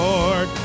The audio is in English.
Lord